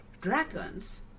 Dragons